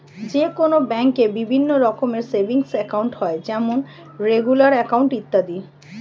যে কোনো ব্যাঙ্কে বিভিন্ন রকমের সেভিংস একাউন্ট হয় যেমন রেগুলার অ্যাকাউন্ট, ইত্যাদি